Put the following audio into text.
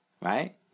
right